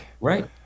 right